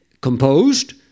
composed